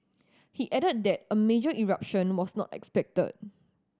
he added that a major eruption was not expected